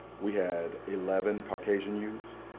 we had eleven caucasian youth,